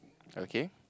okay